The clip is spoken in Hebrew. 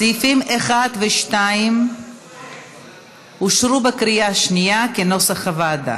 סעיפים 1 ו-2 אושרו בקריאה השנייה כנוסח הוועדה.